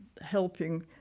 helping